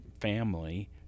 family